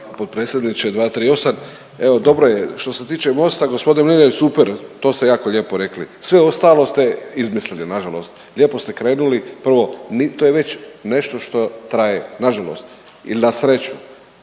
Potpredsjedniče, 238., evo dobro je što se tiče Mosta g. Mlinarić super to ste jako lijepo rekli, sve ostalo ste izmislili nažalost, lijepo ste krenuli, prvo, to je već nešto što traje nažalost ili na sreću.